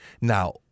Now